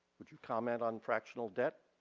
would you comment on fractional debt?